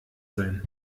sein